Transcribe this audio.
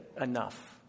enough